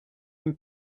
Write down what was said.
him